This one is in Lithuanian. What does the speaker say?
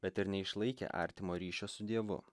bet ir neišlaikė artimo ryšio su dievu